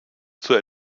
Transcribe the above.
zur